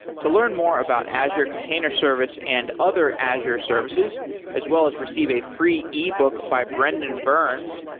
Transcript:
to learn more about azure container service and other azure services as well as receive a free ebook by brendan burns,